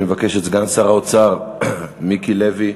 אני מבקש מסגן שר האוצר מיקי לוי